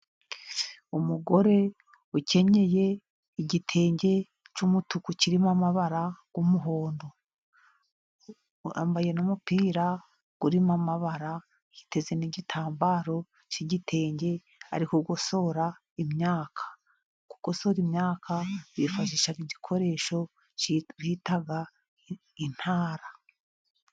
Umugore ukenyeye igitenge cy'umutuku ,kirimo amabara y'umuhondo, yambaye n'umupira urimo amabara, yiteze n'igitambaro cy'igitenge ,ari kugosora imyaka. Kugosora imyaka bifashisha igikoresho bita intara.